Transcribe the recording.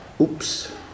Oops